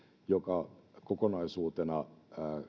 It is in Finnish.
joka kokonaisuutena